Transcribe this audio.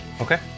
Okay